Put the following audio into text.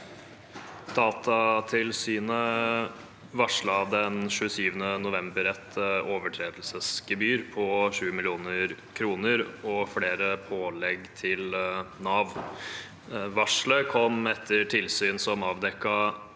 «Datatil- synet varslet den 27. november et overtredelsesgebyr på 20 mill. kr og flere pålegg til Nav. Varselet kom etter tilsyn som avdekket